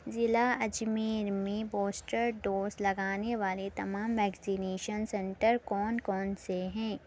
ضلع اجمیر میں booster dose لگانے والے تمام ویکسینیشن سنٹر کون کون سے ہیں